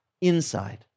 inside